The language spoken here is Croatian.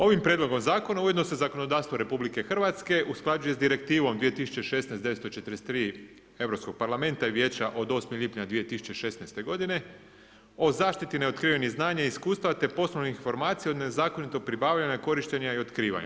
Ovim prijedlogom zakona, ujedno se zakonodavstvo RH usklađuje sa Direktivom 2016/943 Europskog parlamenta i Vijeća od 8. lipnja 2016. godine, o zaštiti neotkrivenih znanja i iskustva, te poslovnih informacija od nezakonitog pribavljanja, korištenja i otkrivanja.